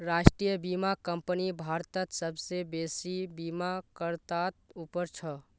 राष्ट्रीय बीमा कंपनी भारतत सबसे बेसि बीमाकर्तात उपर छ